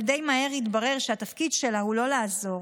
אבל די מהר התברר שהתפקיד שלה הוא לא לעזור,